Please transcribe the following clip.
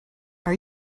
are